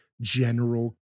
general